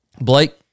Blake